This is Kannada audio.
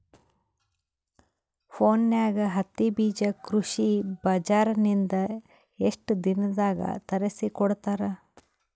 ಫೋನ್ಯಾಗ ಹತ್ತಿ ಬೀಜಾ ಕೃಷಿ ಬಜಾರ ನಿಂದ ಎಷ್ಟ ದಿನದಾಗ ತರಸಿಕೋಡತಾರ?